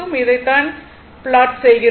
இதை தான் ப்லாட் என்கிறோம்